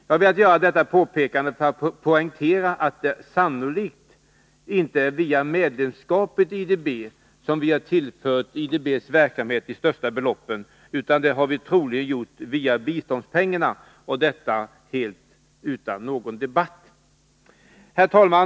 Jag har velat göra detta påpekande för att poängtera att det sannolikt inte är via medlemskapet i IDB som vi har tillfört IDB:s verksamhet de största beloppen, utan det har vi troligen gjort via biståndspengarna, och detta helt utan någon debatt. Fru talman!